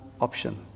option